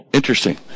Interesting